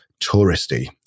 touristy